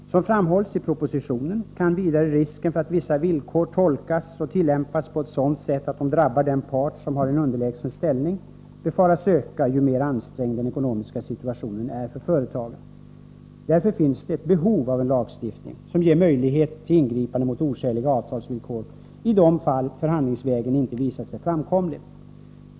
Som framhålls i propositionen kan vidare risken för att vissa villkor tolkas och tillämpas på ett sådant sätt att det drabbar den part som har en underlägsen ställning befaras öka ju mera ansträngd den ekonomiska situationen är för företagen. Därför finns ett behov av en lagstiftning, som ger möjlighet till ingripanden mot oskäliga avtalsvillkor i de fall förhandlingsvägen inte visat sig framkomlig.